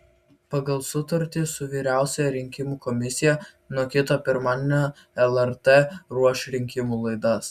pagal sutartį su vyriausiąja rinkimų komisija nuo kito pirmadienio lrt ruoš rinkimų laidas